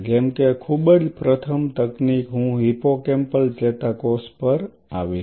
જેમ કે ખૂબ જ પ્રથમ તકનીક હું હિપ્પોકેમ્પલ ચેતાકોષ પર આવીશ